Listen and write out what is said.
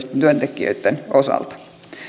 työntekijöitten osalta